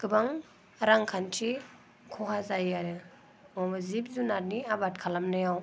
गोबां रांखान्थि खहा जायो आरो जिब जुनारनि आबाद खालामनायाव